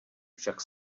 však